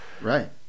Right